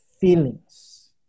feelings